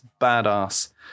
badass